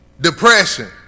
Depression